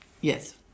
Yes